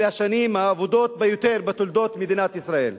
אלה השנים האבודות ביותר בתולדות מדינת ישראל.